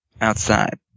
Outside